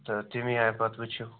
تہٕ تٔمی آیہِ پَتہٕ وٕچھو